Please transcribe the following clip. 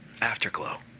Afterglow